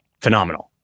phenomenal